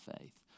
faith